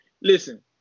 listen